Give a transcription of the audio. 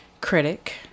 critic